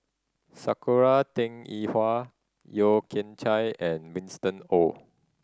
Sakura Teng Yi Hua Yeo Kian Chai and Winston Oh